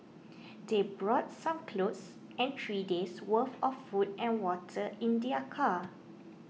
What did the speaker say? they brought some clothes and three days' worth of food and water in their car